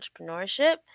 entrepreneurship